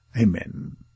Amen